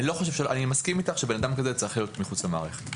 אני מסכים אתך שבן אדם כזה צריך להיות מחוץ למערכת.